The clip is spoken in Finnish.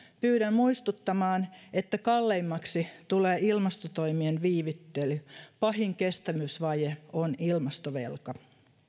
pyydän muistuttamaan että kalleimmaksi tulee ilmastotoimien viivyttely pahin kestävyysvaje on ilmastovelka